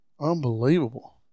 Unbelievable